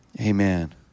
Amen